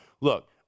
look